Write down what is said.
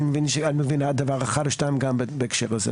אני מבין שאת מבינה דבר אחד או שניים גם בהקשר הזה,